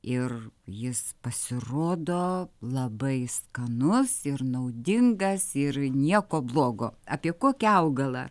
ir jis pasirodo labai skanus ir naudingas ir nieko blogo apie kokį augalą